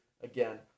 again